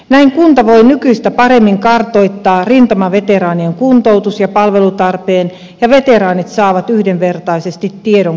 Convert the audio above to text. näin kunta voi nykyistä paremmin kartoittaa rintamaveteraanien kuntoutus ja palvelutarpeen ja veteraanit saavat yhdenvertaisesti tiedon kuntoutusmahdollisuuksistaan